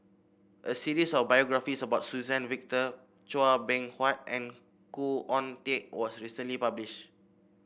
a series of biographies about Suzann Victor Chua Beng Huat and Khoo Oon Teik was recently published